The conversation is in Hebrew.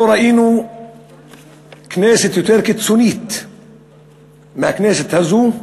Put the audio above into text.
לא ראינו כנסת יותר קיצונית מהכנסת הזאת,